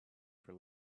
for